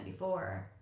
1994